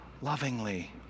lovingly